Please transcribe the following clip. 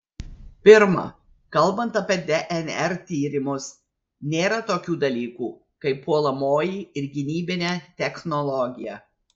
pirma kalbant apie dnr tyrimus nėra tokių dalykų kaip puolamoji ir gynybinė technologija